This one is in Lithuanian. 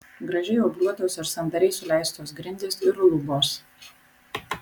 gražiai obliuotos ir sandariai suleistos grindys ir lubos